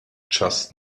just